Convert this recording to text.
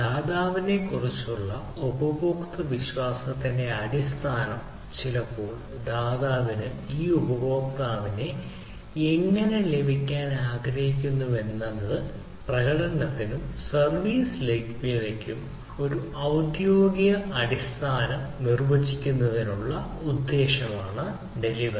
ദാതാവിനെക്കുറിച്ചുള്ള ഉപഭോക്തൃ വിശ്വാസത്തിന്റെ അടിസ്ഥാനം ചിലപ്പോൾ ദാതാവിന് ഈ ഉപഭോക്താവിനെ എങ്ങനെ ലഭിക്കാൻ ആഗ്രഹിക്കുന്നുവെന്നത് പ്രകടനത്തിനും സർവീസ് ലഭ്യതയ്ക്കും ഒരു ഔദ്യോഗിക അടിസ്ഥാനം നിർവചിക്കുന്നതിനുള്ള ഉദ്ദേശ്യമാണ് ഡെലിവറി